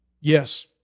yes